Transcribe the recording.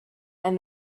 and